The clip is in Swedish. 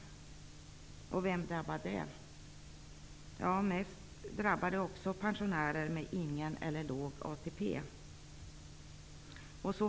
Vem drabbar det? Också det drabbar i störst utsträckning pensionärer med ingen eller låg ATP.